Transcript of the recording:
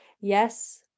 yes